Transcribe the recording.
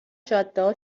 جادهها